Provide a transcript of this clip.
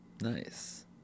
Nice